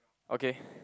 okay